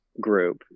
group